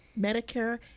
Medicare